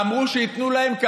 אמרו שייתנו להם.